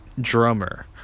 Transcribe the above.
drummer